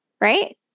right